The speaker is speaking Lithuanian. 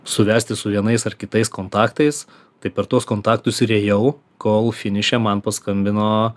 suvesti su vienais ar kitais kontaktais tai per tuos kontaktus ir ėjau kol finiše man paskambino